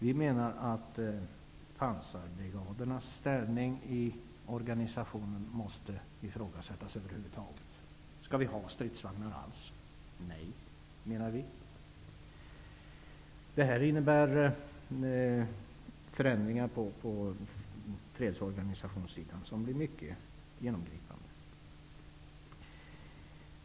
Vi menar att pansarbrigadernas ställning i organisationen måste ifrågasättas över huvud taget. Skall vi alls ha stridsvagnar? Nej, menar Vänsterpartiet. Detta innebär förändringar av fredsorganisationen som blir mycket genomgripande.